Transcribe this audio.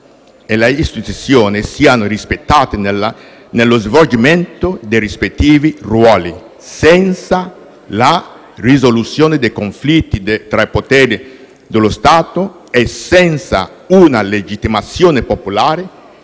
e le istituzioni siano rispettate nello svolgimento dei rispettivi ruoli. Senza la risoluzione del conflitto tra poteri dello Stato e senza una legittimazione popolare